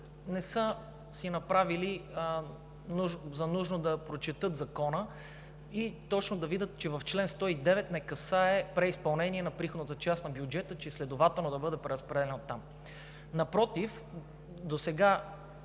не са сметнали за нужно да прочетат Закона и точно да видят, че чл. 109 не касае преизпълнение на приходната част на бюджета, че следователно да бъде преразпределена оттам. Напротив, досега